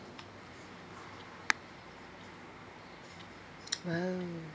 !wow!